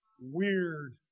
weird